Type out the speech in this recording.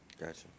Gotcha